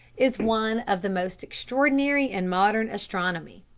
is one of the most extraordinary in modern astronomy.